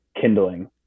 kindling